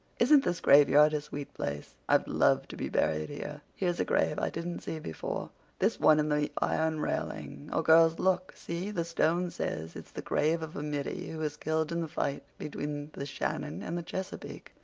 isn't this graveyard a sweet place? i'd love to be buried here. here's a grave i didn't see before this one in the iron railing oh, girls, look, see the stone says it's the grave of a middy who was killed in the fight between the shannon and the chesapeake.